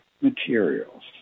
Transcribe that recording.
materials